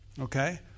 Okay